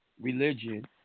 religion